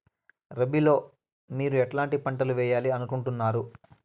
రబిలో మీరు ఎట్లాంటి పంటలు వేయాలి అనుకుంటున్నారు?